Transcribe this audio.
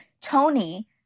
Tony